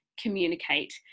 communicate